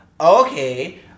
okay